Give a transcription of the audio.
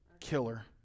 killer